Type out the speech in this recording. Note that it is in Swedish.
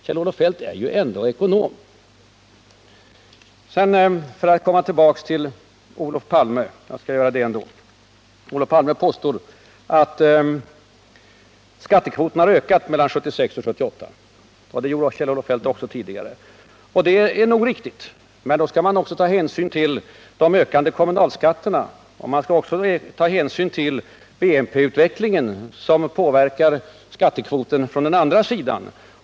Kjell-Olof Feldt är ju ändå ekonom. Men, för att komma tillbaka till Olof Palme — jag skall göra det ändå! Olof Palme påstår att skattekvoten har ökat mellan 1976 och 1978, och det påstod också Kjell-Olof Feldt tidigare. Det är nog riktigt, men då skall man också ta hänsyn till de ökande kommunalskatterna, och man skall ta hänsyn även till BNP-utvecklingen, som påverkar skattekvoten från den andra sidan.